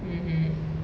mmhmm